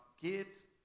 kids